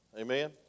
Amen